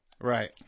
Right